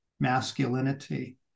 masculinity